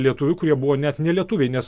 lietuvių kurie buvo net ne lietuviai nes